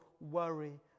worry